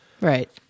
Right